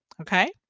Okay